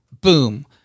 Boom